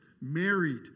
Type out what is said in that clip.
married